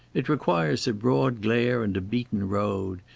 it requires a broad glare and a beaten road.